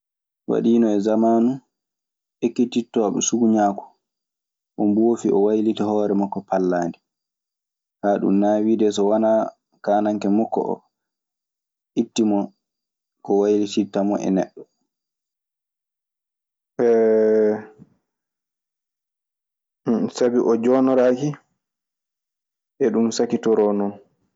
Waɗiino samaanu ekkitittooɗo sukuñaaku. O mboofi, o waliti hoore makko pallaandi. Kaa ɗun naawii dee. So wanaa kaananke makko oo ittimo ko waylitittamo neɗɗo. sabi o jonndoraaki eɗun saktiroo non.